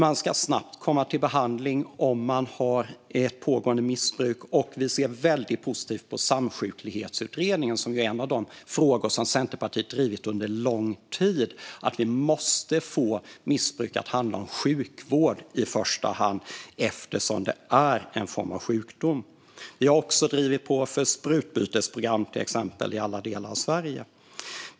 Man ska snabbt komma till behandling om man har ett pågående missbruk, och vi ser väldigt positivt på Samsjuklighetsutredningen. Centerpartiet har under lång tid drivit frågan om att vi måste få missbruk att handla om sjukvård i första hand eftersom det är en form av sjukdom. Vi har också drivit på för till exempel sprututbytesprogram i alla delar av Sverige.